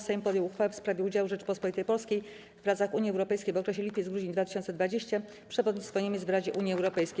Sejm podjął uchwałę w sprawie udziału Rzeczypospolitej Polskiej w pracach Unii Europejskiej w okresie lipiec-grudzień 2020 r. (przewodnictwo Niemiec w Radzie Unii Europejskiej)